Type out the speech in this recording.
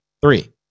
Three